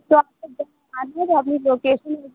तो आप आइए तो अभी लोकेशन